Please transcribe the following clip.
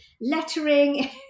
lettering